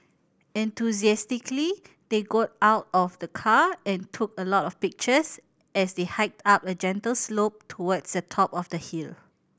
enthusiastically they got out of the car and took a lot of pictures as they hiked up a gentle slope towards the top of the hill